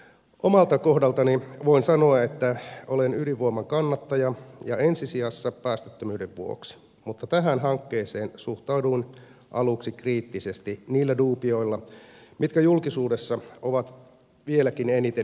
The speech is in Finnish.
omalta kohdaltani voin sanoa että olen ydinvoiman kannattaja ja ensi sijassa päästöttömyyden vuoksi mutta tähän hankkeeseen suhtauduin aluksi kriittisesti niillä duubioilla mitkä julkisuudessa ovat vieläkin eniten herättäneet keskustelua